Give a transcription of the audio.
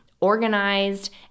organized